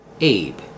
Abe